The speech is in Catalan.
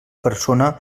persona